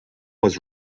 was